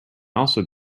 also